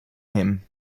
him